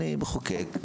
אני מחוקק,